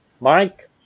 Mike